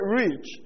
rich